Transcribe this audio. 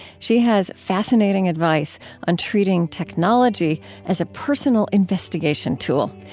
she has fascinating advice on treating technology as a personal investigation tool,